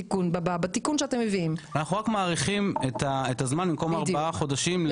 אנחנו רק מאריכים בעוד שלושה חודשים.